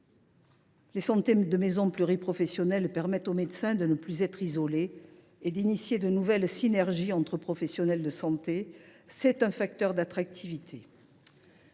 Les maisons de santé pluriprofessionnelles permettent aux médecins de ne plus être isolés et de créer de nouvelles synergies entre professionnels de santé. C’est un facteur d’attractivité.